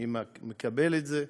אני מקבל את זה.